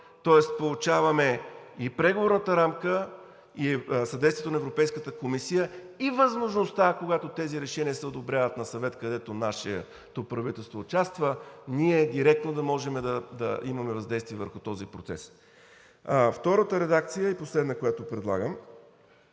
Тоест получаваме и Преговорната рамка, и съдействието на Европейската комисия, и възможността, когато тези решения се одобряват на съвет, където нашето правителство участва, ние директно да можем да имаме въздействие върху този процес. Втората редакция е последна, която предлагам.